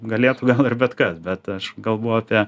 galėtų gal ir bet kas bet aš kalbu apie